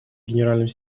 генеральный